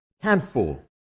handful